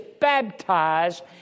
baptized